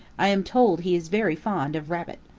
i am told he is very fond of rabbit.